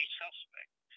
suspect